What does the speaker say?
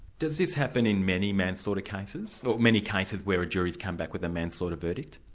does this happen in many manslaughter cases, many cases where a jury's come back with a manslaughter verdict?